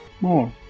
more